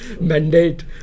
mandate